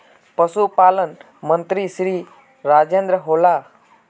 पशुपालन मंत्री श्री राजेन्द्र होला?